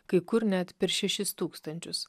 kai kur net per šešis tūkstančius